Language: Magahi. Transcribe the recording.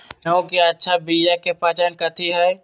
गेंहू के अच्छा बिया के पहचान कथि हई?